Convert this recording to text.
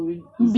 mmhmm